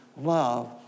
love